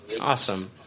Awesome